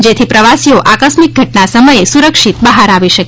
જેથી પ્રવાસીઓ આકસ્મિક ઘટના સમયે સુરક્ષિત બહાર આવી શકે